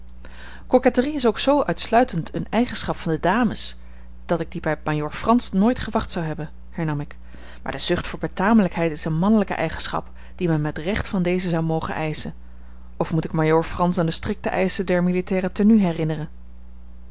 coquetterie is ook zoo uitsluitend eene eigenschap van de dames dat ik die bij majoor frans nooit gewacht zou hebben hernam ik maar de zucht voor betamelijkheid is eene mannelijke eigenschap die men met recht van dezen zou mogen eischen of moet ik majoor frans aan de strikte eischen der militaire tenue herinneren